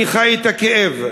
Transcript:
אני חי את הכאב,